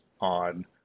on